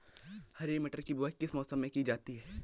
हरी मटर की बुवाई किस मौसम में की जाती है?